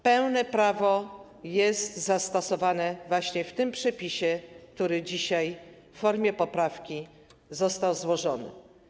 Pełne prawo jest zastosowane właśnie w tym przepisie, który dzisiaj w formie poprawki został złożony.